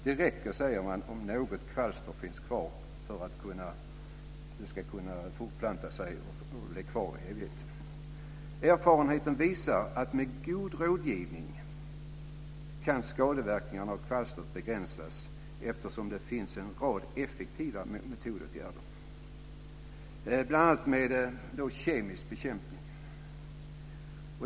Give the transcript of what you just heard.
Det räcker om något kvalster finns kvar för att det ska kunna fortplanta sig och bli kvar i evighet. Erfarenheten visar att med god rådgivning kan skadeverkningarna av kvalstret begränsas eftersom det finns en rad effektiva metoder, bl.a. med kemisk bekämpning.